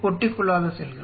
ஒட்டிக்கொள்ளாத செல்கள்